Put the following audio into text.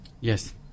Yes